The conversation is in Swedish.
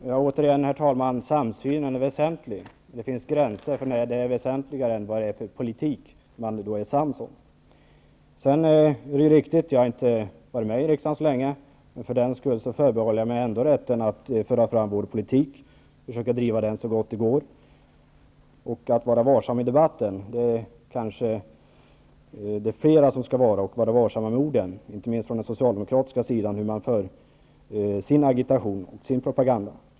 Herr talman! Återigen: Samsynen är väsentlig. Men det finns gränser för när den är väsentligare än vad det är för politik man är sams om. Det är riktigt att jag inte varit med i riksdagen så länge, men för den skull förbehåller jag mig rätten att ändå få föra fram vår politik och försöka driva den så gott det går. Jan Fransson säger att jag skall vara varsam i debatten. Det är kanske fler som skall vara varsamma med orden, inte minst på socialdemokratiskt håll med tanke på hur man för sin agitation och propaganda.